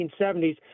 1970s